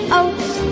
oats